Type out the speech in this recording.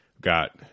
got